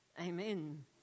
Amen